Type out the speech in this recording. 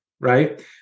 right